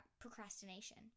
Procrastination